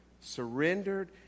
Surrendered